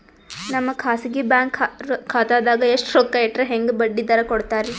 ನಮ್ಮ ಖಾಸಗಿ ಬ್ಯಾಂಕ್ ಖಾತಾದಾಗ ಎಷ್ಟ ರೊಕ್ಕ ಇಟ್ಟರ ಹೆಂಗ ಬಡ್ಡಿ ದರ ಕೂಡತಾರಿ?